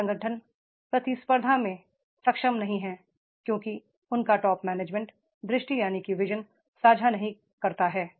कई संगठन प्रतिस्पर्धा करने में सक्षम नहीं हैं क्योंकि उनका टॉप मैनेजमेंट दृष्टि साझा नहीं करता है